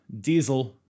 Diesel